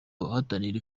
abahatanira